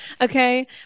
okay